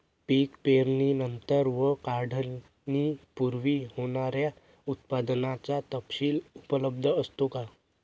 पीक पेरणीनंतर व काढणीपूर्वी होणाऱ्या उत्पादनाचा तपशील उपलब्ध असतो का?